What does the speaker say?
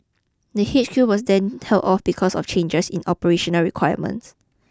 the H Q was then held off because of changes in operational requirements